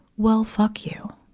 well, fuck you,